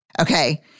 Okay